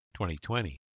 2020